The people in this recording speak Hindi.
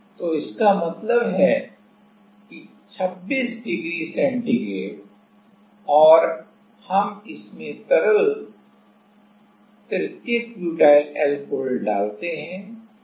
तो इसका मतलब है कि 26 डिग्री सेंटीग्रेड और हम इसमें तरल तृतीयक ब्यूटाइल अल्कोहल डालते हैं